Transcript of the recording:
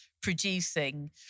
producing